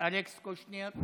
אלכס קושניר,